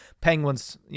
Penguins